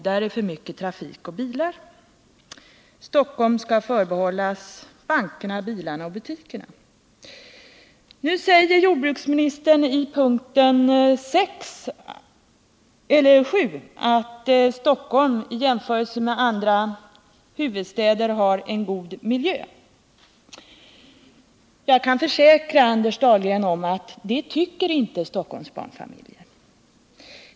Där är för mycket I sista stycket av svaret säger jordbruksministern att Stockholm i jämförelse med andra huvudstäder har en god miljö. Jag kan försäkra Anders Dahlgren att det tycker inte Stockholms barnfamiljer.